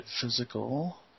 physical